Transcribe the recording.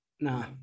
No